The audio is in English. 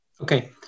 Okay